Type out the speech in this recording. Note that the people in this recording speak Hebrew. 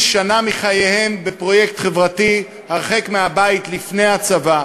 שנה מחייהם בפרויקט חברתי הרחק מהבית לפני הצבא,